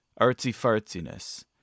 artsy-fartsiness